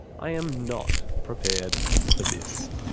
i am not prepared for this.